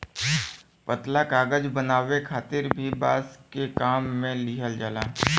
पतला कागज बनावे खातिर भी बांस के काम में लिहल जाला